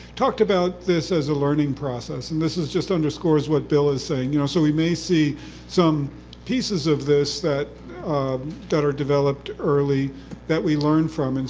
talked about this as a learning process and this just underscores what bill is saying. you know so we may see some pieces of this that um that are developed early that we learn from. and